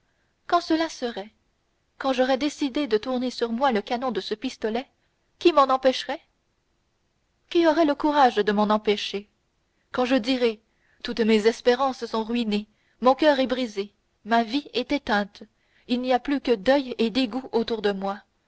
quand cela serait quand j'aurais décidé de tourner sur moi le canon de ce pistolet qui m'en empêcherait qui aurait le courage de m'en empêcher quand je dirai toutes mes espérances sont ruinées mon coeur est brisé ma vie est éteinte il n'y a plus que deuil et dégoût autour de moi